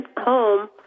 home